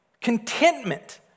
contentment